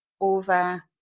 over